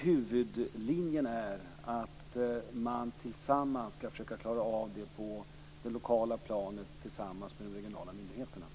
Huvudlinjen är att man tillsammans skall klara av situationen på det lokala planet med de regionala myndigheterna.